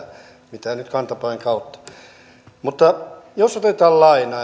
mitä nyt kantapään kautta että jos otetaan